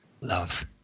love